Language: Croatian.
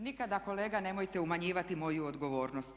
Nikada kolega nemojte umanjivati moju odgovornost.